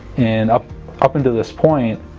and up up until this point